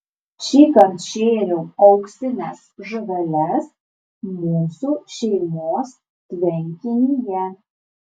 šįkart šėriau auksines žuveles mūsų šeimos tvenkinyje